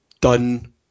done